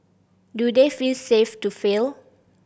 do they feel safe to fail